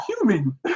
human